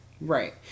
Right